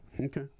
Okay